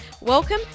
Welcome